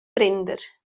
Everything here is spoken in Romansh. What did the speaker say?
prender